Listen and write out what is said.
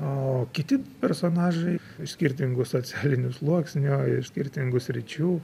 o kiti personažai iš skirtingų socialinių sluoksnių iš skirtingų sričių